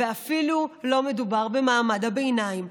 ואפילו לא מדובר במעמד הביניים.